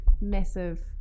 massive